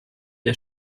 der